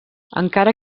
encara